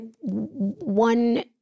one